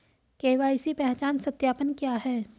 KYC पहचान सत्यापन क्या है?